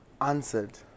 answered